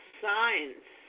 signs